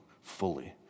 fully